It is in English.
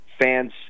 fans